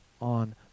on